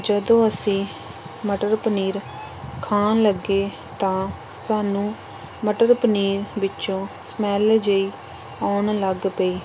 ਜਦੋਂ ਅਸੀਂ ਮਟਰ ਪਨੀਰ ਖਾਣ ਲੱਗੇ ਤਾਂ ਸਾਨੂੰ ਮਟਰ ਪਨੀਰ ਵਿੱਚੋਂ ਸਮੈਲ ਜਿਹੀ ਆਉਣ ਲੱਗ ਪਈ